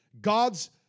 God's